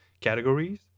categories